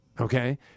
okay